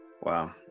Wow